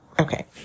Okay